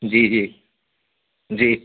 जी जी जी